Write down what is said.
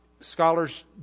Scholars